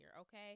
Okay